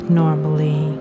normally